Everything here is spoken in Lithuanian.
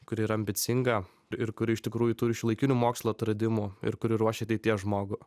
kuri yra ambicinga ir kuri iš tikrųjų turi šiuolaikinių mokslų atradimų ir kuri ruošia ateities žmogų